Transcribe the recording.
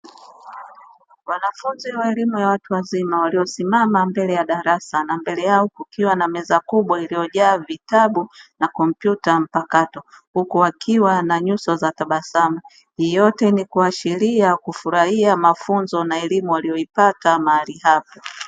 Wanafunzi wa elimu ya watu wazima waliosimama mbele ya darasa na mbele yao kukiwa na meza kubwa iliyojaa vitabu na kompyuta mpakato, huku wakiwa na nyuso za tabasam yote ni kuwaashiria kufurahia mafunzo na elimu aliyoipata mali hapo.